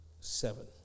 seven